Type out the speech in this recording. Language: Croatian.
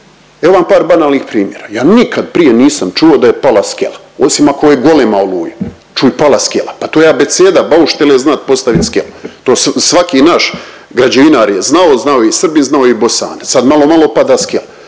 Evo vam par banalnih primjera, ja nikad prije nisam čuo da je pala skela osim ako je golema oluja, čuj pala skela, pa to je abeceda bauštele znat postavit skelu, to svaki naš građevinar je znao, znao je i Srbin, znao je i Bosanac, sad malo malo pada skela,